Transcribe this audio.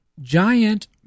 giant